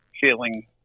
feeling